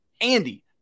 Andy